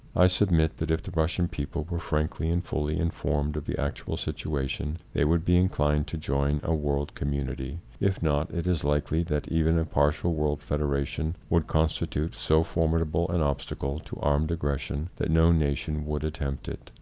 i submit that if the russian people were frankly and fully informed of the actual situation, they would be inclined to join a world community. if not, it is likely that even a partial world federation would constitute so formidable an obstacle to armed aggression that no nation would attempt it.